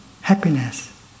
happiness